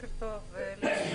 בוקר טוב לכולם.